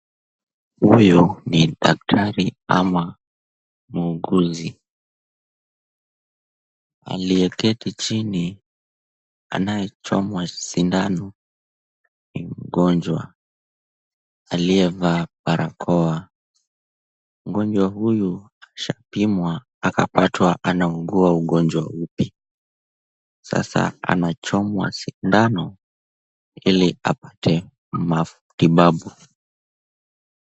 Huyu ni daktari ama muuguzi. Aliyeketi chini anayechomwa sindano ni mgonjwa aliyevaa barakoa. Mgonjwa huyu ashapimwa akaptwa anaugua ugonjwa upi. Sasa anachomwa sindano ili apate matibabu.